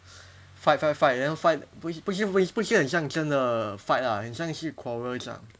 fight fight fight then fight 不是不是不是很像真的 fight ah 很像是 quarrel 这样